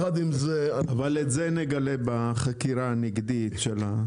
אבל את זה נגלה בחקירה הנגדית.